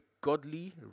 godly